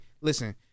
listen